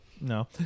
No